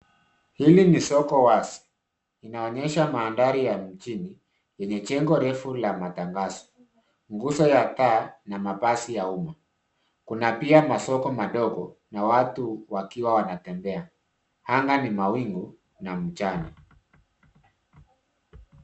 Hili ni soko wazi. Inaonyesha mandhari ya mijini yenye jengo refu la matangazo, nguzo ya taa na mabasi ya umma. Kuna pia masoko madogo na watu wakiwa wanatembea. Anga ni mawingu na mchana.